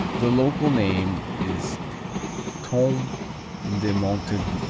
the local name is tome de montague.